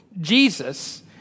Jesus